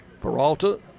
Peralta